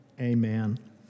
Amen